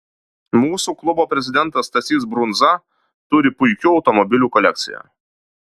mūsų klubo prezidentas stasys brunza turi puikių automobilių kolekciją